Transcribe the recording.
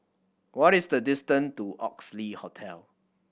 what is the distance to Oxley Hotel